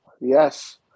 Yes